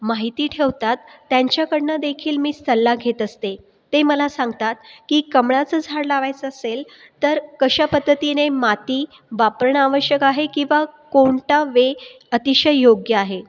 माहिती ठेवतात त्यांच्याकडनं देखील मी सल्ला घेत असते ते मला सांगतात की कमळाचं झाड लावायचं असेल तर कशा पद्धतीने माती वापरणं आवश्यक आहे किंवा कोणता वे अतिशय योग्य आहे